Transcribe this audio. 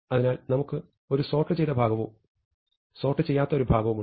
അതിനാൽ നമുക്ക് ഒരു സോർട്ട് ചെയ്ത ഭാഗവും സോർട്ട് ചെയ്യാത്ത ഒരു ഭാഗവും ഉണ്ട്